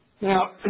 Now